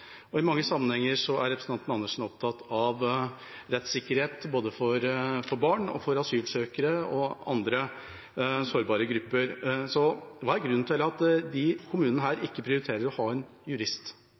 jurist. I mange sammenhenger er representanten Andersen opptatt av rettssikkerhet både for barn, for asylsøkere og for andre sårbare grupper. Hva er grunnen til at disse kommunene ikke prioriterer å ha en jurist? Nå er det ingen av de to kommunene